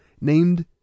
named